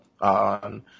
on